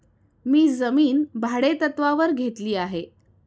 मी जमीन भाडेतत्त्वावर घेतली आहे